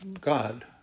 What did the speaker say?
God